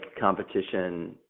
competition